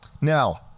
Now